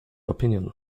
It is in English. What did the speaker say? opinion